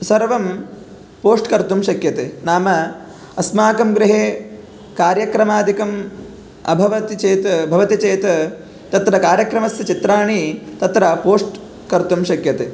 सर्वं पोस्ट् कर्तुं शक्यते नाम अस्माकं गृहे कार्यक्रमादिकम् अभवति चेत् भवति चेत् तत्र कार्यक्रमस्य चित्राणि तत्र पोस्ट् कर्तुं शक्यते